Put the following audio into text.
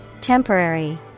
Temporary